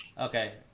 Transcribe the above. Okay